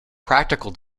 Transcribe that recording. practical